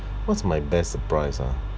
what's my best surprise ah